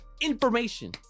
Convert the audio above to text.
information